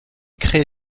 créé